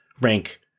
rank